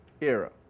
era